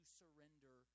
surrender